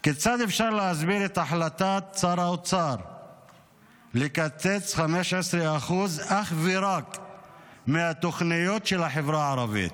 את החלטת שר האוצר לקצץ 15% אך ורק מהתוכניות של החברה הערבית?